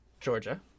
Georgia